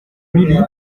milly